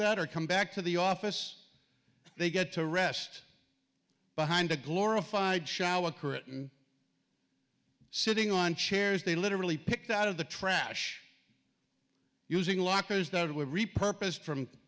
that or come back to the office they get to rest behind a glorified shower curtain sitting on chairs they literally picked out of the trash using lockers